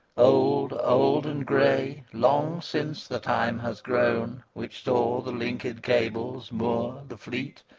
old, old and gray long since the time has grown, which saw the linked cables moor the fleet,